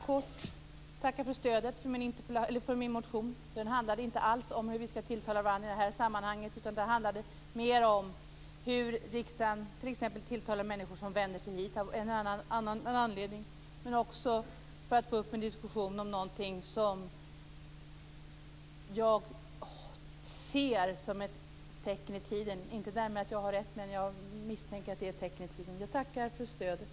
Herr talman! Jag vill bara kortfattat tacka för stödet för min motion. Den handlar inte alls om hur vi skall tilltala varandra i det här sammanhanget, utan den handlar mer om hur riksdagen t.ex. tilltalar människor som vänder sig hit av en eller annan anledning. Jag vill få en diskussion om någonting som jag ser som ett tecken i tiden. Därmed inte sagt att jag har rätt, men jag misstänker att det är ett tecken i tiden. Jag tackar för stödet.